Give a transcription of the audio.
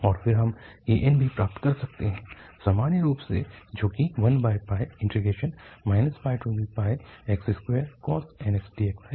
और फिर हम an भी प्राप्त कर सकते हैं सामान्य रूप से जो कि 1 πx2cos nx dx है